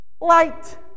light